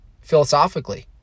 philosophically